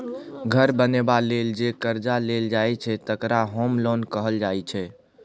घर बनेबा लेल जे करजा लेल जाइ छै तकरा होम लोन कहल जाइ छै